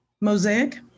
Mosaic